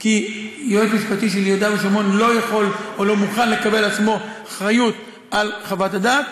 הגדול ביותר עד כה.